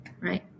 right